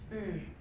mm